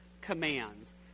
commands